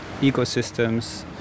ecosystems